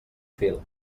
fil